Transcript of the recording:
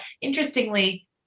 interestingly